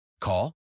Call